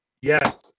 Yes